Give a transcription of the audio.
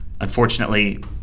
unfortunately